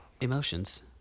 Emotions